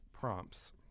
prompts